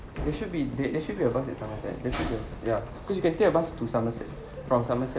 there should be there should be a bus at somerset there should be ya because you can take a bus to somerset from somerset